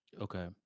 Okay